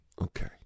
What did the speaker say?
Okay